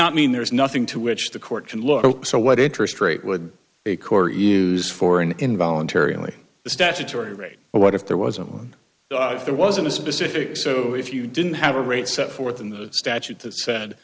not mean there is nothing to which the court can look so what interest rate would make or use for an involuntary only statutory rape or what if there wasn't one there wasn't a specific so if you didn't have a rate set forth in the statute that said